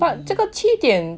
but 这个七点